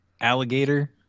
Alligator